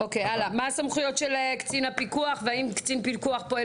מה סמכויות קצין הפיקוח והאם קצין הפיקוח פועל